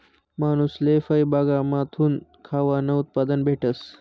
मानूसले फयबागमाथून खावानं उत्पादन भेटस